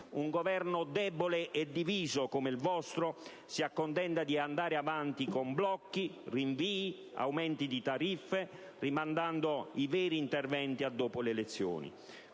Un Governo debole e diviso, come il vostro, si accontenta invece di andare avanti con blocchi, rinvii e aumenti di tariffe, rimandando gli interventi veri a dopo le elezioni.